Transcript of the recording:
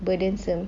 burdensome